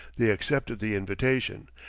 they accepted the invitation,